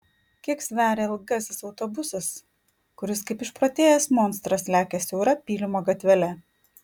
kiek sveria ilgasis autobusas kuris kaip išprotėjęs monstras lekia siaura pylimo gatvele